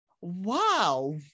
wow